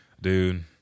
Dude